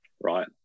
right